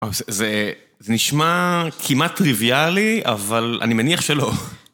זה נשמע כמעט טריוויאלי, אבל אני מניח שלא.